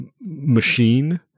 machine